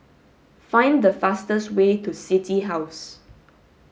find the fastest way to City House